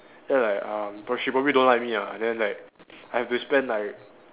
then like um but she probably don't like me ah then like I have to spend like